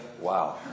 Wow